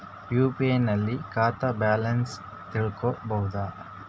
UPI ನಲ್ಲಿ ಖಾತಾ balance ತಿಳಕೊ ಬಹುದಾ?